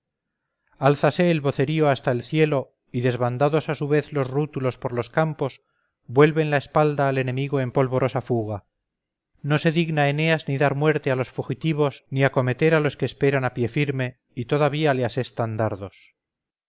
alzase el vocerío hasta el cielo y desbandados a su vez los rútulos por los campos vuelven la espalda al enemigo en polvorosa fuga no se digna eneas ni dar muerte a los fugitivos ni acometer a los que esperan a pie firme y todavía le asestan dardos